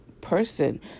person